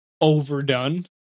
overdone